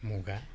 মুগা